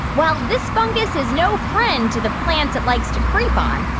while this fungus is no friend to the plants it likes to creep on,